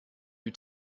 you